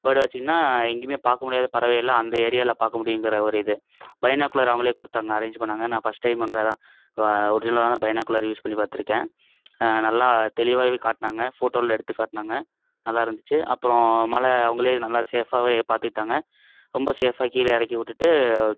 bird வாட்சிங்னால் எங்கேயுமே பார்க்க முடியாத பறவை எல்லாம் அந்த ஏரியாவில பார்க்க முடியுங்கிற ஒரு இது பைனாகுலர் அவங்களே கொடுத்தாங்க அரேஞ்ச் பண்ணுணாங்க நான் ஃபஸ்ட் டைம் அங்கே தான் ஒரிஜினலான பைனாகுலர் யூஸ் பண்ணி பார்த்துருக்கேன் நல்லா தெளிவாகவே காட்டுனாங்க ஃபோட்டோவில எடுத்து காட்டுனாங்க நல்லாருந்துச்சு அப்பறம் மலை அவங்களே நல்லா சேஃபாகவே பார்த்துக்கிட்டாங்க ரொம்ப சேஃபாக கீழே இறக்கி விட்டுட்டு